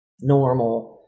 normal